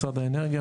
משרד האנרגיה,